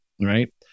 right